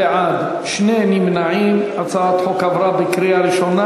ההצעה להעביר את הצעת חוק הרשויות המקומיות